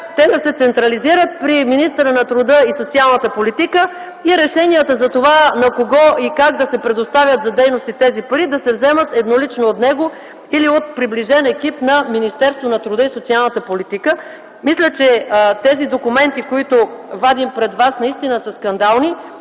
те да се централизират при министъра на труда и социалната политика и решенията затова – на кого и как да се предоставят за дейности тези пари, да се вземат еднолично от него или от приближен екип на Министерството на труда и социалната политика. Мисля, че тези документи, които вадим пред вас наистина са скандални